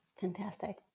Fantastic